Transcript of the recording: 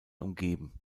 umgeben